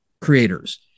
creators